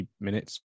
minutes